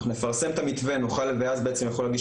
אנחנו נפרסם את המתווה ואז בעצם יכול להגיש